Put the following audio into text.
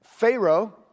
Pharaoh